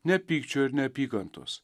ne pykčio ir neapykantos